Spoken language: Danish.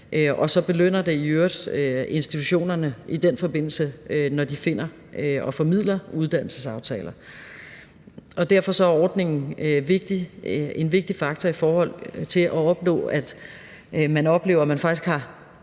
og så belønner det i øvrigt institutionerne i den forbindelse, når de finder og formidler uddannelsesaftaler. Derfor er ordningen en vigtig faktor i forhold til at opnå det, at man faktisk